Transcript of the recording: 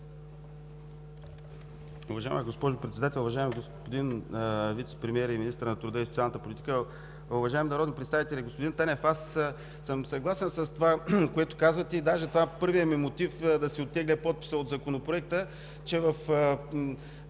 Уважаема госпожо Председател, уважаеми господин Вицепремиер и министър на труда и социалната политика, уважаеми народни представители! Господин Танев, аз съм съгласен с това, което казвате, и даже първият ми мотив да си оттегля подписа от Законопроекта е, че в